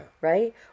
Right